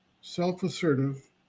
self-assertive